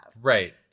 Right